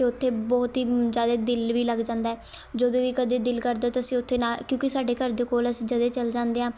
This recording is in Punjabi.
ਅਤੇ ਉੱਥੇ ਬਹੁਤ ਹੀ ਜ਼ਿਆਦਾ ਦਿਲ ਵੀ ਲੱਗ ਜਾਂਦਾ ਹੈ ਜਦੋਂ ਵੀ ਕਦੇ ਦਿਲ ਕਰਦਾ ਤਾਂ ਅਸੀਂ ਉੱਥੇ ਨਾ ਕਿਉਂਕਿ ਸਾਡੇ ਘਰ ਦੇ ਕੋਲ ਹੈ ਅਸੀਂ ਜਦੇ ਚਲੇ ਜਾਂਦੇ ਹਾਂ